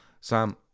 Sam